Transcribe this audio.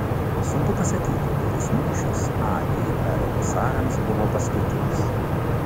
sunku pasakyti kuris mūšis atr husarams buvo paskutinis